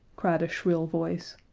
cried a shrill voice.